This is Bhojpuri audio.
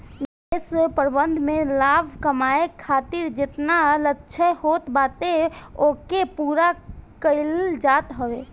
निवेश प्रबंधन में लाभ कमाए खातिर जेतना लक्ष्य होत बाटे ओके पूरा कईल जात हवे